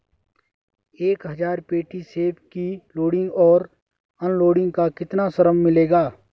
एक हज़ार पेटी सेब की लोडिंग और अनलोडिंग का कितना श्रम मिलेगा?